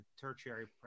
tertiary